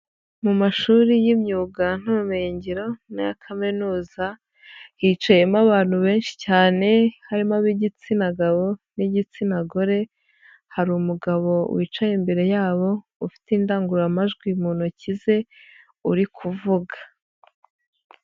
Mu mashuri y'imyuga n'ubumenyingiro n'aya kaminuza hicayemo abantu benshi cyane harimo ab'igitsina gabo n'igitsina gore hari umugabo wicaye imbere yabo ufite indangururamajwi mu ntoki ze uri kuvuga.